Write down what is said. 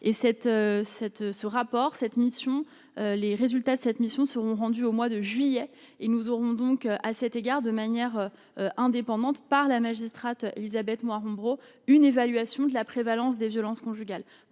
ce rapport cette mission, les résultats de cette mission seront rendues au mois de juillet et nous aurons donc à cet égard de manière indépendante par la magistrate Élisabeth Maurin. Une évaluation de la prévalence des violences conjugales,